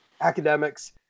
academics